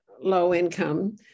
low-income